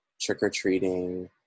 trick-or-treating